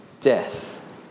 death